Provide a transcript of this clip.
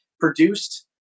produced